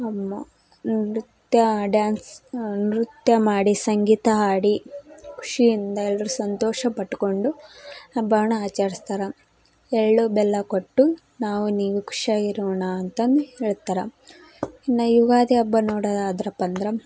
ನಮ್ಮ ನೃತ್ಯ ಡ್ಯಾನ್ಸ್ ನೃತ್ಯ ಮಾಡಿ ಸಂಗೀತ ಹಾಡಿ ಖುಷಿಯಿಂದ ಎಲ್ಲರೂ ಸಂತೋಷ ಪಟ್ಟುಕೊಂಡು ಹಬ್ಬವನ್ನ ಆಚರ್ಸ್ತಾರೆ ಎಳ್ಳು ಬೆಲ್ಲ ಕೊಟ್ಟು ನಾವು ನೀವು ಖುಷಿಯಾಗಿರೋಣ ಅಂತಂದು ಹೇಳ್ತಾರೆ ಇನ್ನು ಯುಗಾದಿ ಹಬ್ಬ ನೋಡೋದಾದ್ರಪ್ಪಂದ್ರೆ